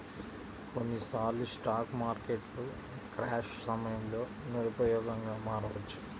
కొన్నిసార్లు స్టాక్ మార్కెట్లు క్రాష్ సమయంలో నిరుపయోగంగా మారవచ్చు